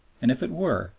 and if it were,